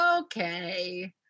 okay